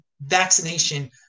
vaccination